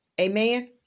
Amen